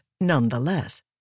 nonetheless